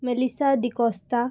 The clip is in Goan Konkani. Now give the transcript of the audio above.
मॅलिसा डिकोस्ता